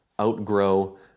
outgrow